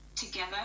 together